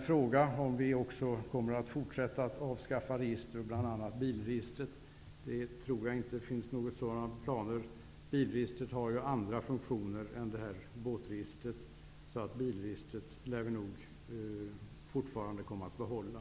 frågar om vi kommer att fortsätta med att avskaffa register, bl.a. bilregistret. Jag tror inte att det finns några sådana planer. Bilregistret har ju andra funktioner än vad båtregistret har, så bilregistret lär vi nog behålla.